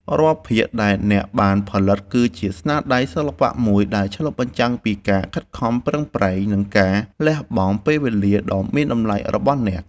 រាល់ភាគដែលអ្នកបានផលិតគឺជាស្នាដៃសិល្បៈមួយដែលឆ្លុះបញ្ចាំងពីការខិតខំប្រឹងប្រែង និងការលះបង់ពេលវេលាដ៏មានតម្លៃរបស់អ្នក។